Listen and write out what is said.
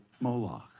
Moloch